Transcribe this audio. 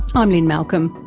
i'm lynne malcolm,